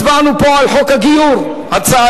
הצבענו פה על חוק הגיור הצה"לי,